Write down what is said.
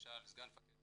למשל סגן מפקד